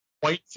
white